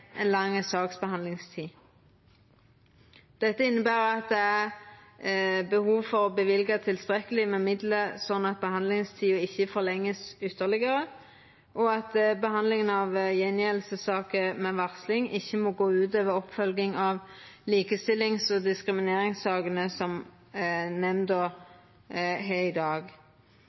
lang saksbehandlingstid. Dette inneber at det er behov for å løyva tilstrekkeleg med midlar, sånn at behandlingstida ikkje vert forlengd ytterlegare, og at behandlinga av gjengjeldingssaker med varsling ikkje må gå ut over oppfølging av likestillings- og diskrimineringssakene som nemnda har i dag.